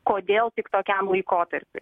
kodėl tik tokiam laikotarpiui